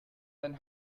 than